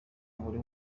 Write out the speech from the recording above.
buri